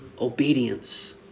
obedience